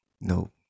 Nope